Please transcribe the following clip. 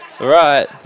right